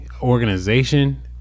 Organization